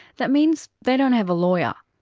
that means, they don't have a lawyer.